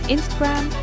Instagram